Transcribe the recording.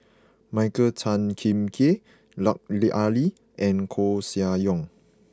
Michael Tan Kim Nei Lut Ali and Koeh Sia Yong